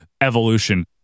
evolution